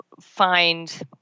find